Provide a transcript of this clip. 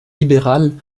libéral